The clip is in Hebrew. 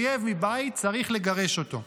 אויב מבית, צריך לגרש אותו.